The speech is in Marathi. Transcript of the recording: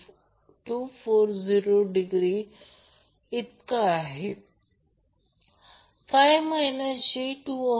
आणि हा Ip फेज करंट आहे लाईन करंट 6